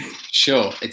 Sure